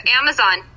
Amazon